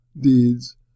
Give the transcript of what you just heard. deeds